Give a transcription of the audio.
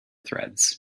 threads